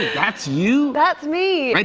that's you? that's me. right